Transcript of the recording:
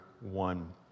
one